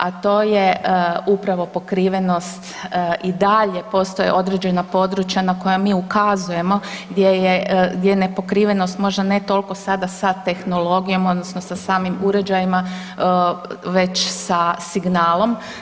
A to je upravo pokrivenost i dalje postoje određena područja na koja mi ukazujemo gdje je nepokrivenost možda ne toliko sada sa tehnologijom odnosno sa samim uređajima već sa signalom.